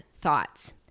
thoughts